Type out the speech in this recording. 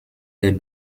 der